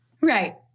Right